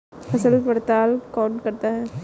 फसल पड़ताल कौन करता है?